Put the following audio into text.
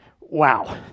wow